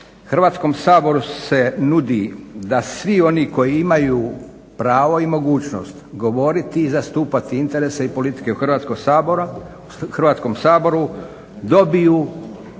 Hrvatskom saboru se nudi da svi oni koji imaju pravo i mogućnost govoriti i zastupati interese i politike u Hrvatskom saboru dobiju